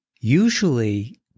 usually